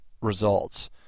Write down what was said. results